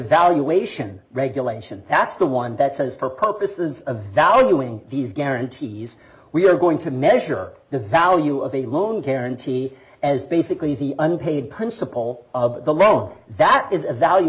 valuation regulation that's the one that says for coke this is a valuing these guarantees we are going to measure the value of a loan guarantee as basically the unpaid principle of the loan that is a valu